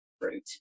fruit